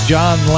John